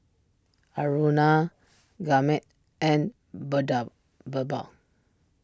Aruna Gurmeet and Birbal